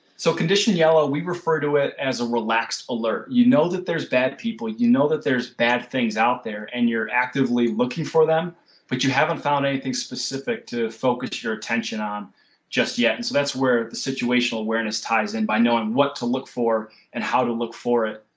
so, condition yellow we referred to it as a relaxed alert. you know that there is bad people, you know that there is bad things out there and your actively looking for them but you haven't found anything specific to focus your attention on just yet, and so that's where the situational awareness ties in by knowing what to look for and how to look for it.